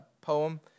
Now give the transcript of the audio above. poem